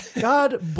God